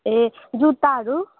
ए जुत्ताहरू